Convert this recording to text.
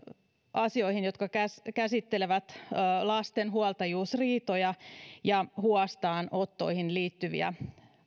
asioihin jotka käsittelevät lasten huoltajuusriitoja ja huostaanottoihin liittyviä